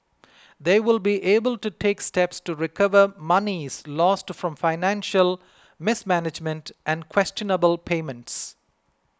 they will be able to take steps to recover monies lost from financial mismanagement and questionable payments